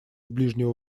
ближнего